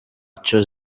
ico